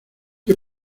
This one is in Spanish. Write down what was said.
qué